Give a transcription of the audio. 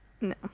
No